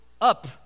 up